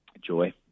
Joy